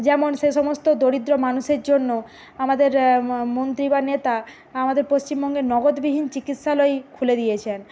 যেমন সে সমস্ত দরিদ্র মানুষের জন্য আমাদের মন্ত্রী বা নেতা আমাদের পশ্চিমবঙ্গে নগদবিহীন চিকিৎসালয় খুলে দিয়েছেন